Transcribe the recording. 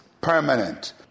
permanent